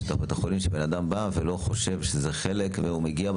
שבא לבית החולים לא יוטעה ושלא ייגרם לו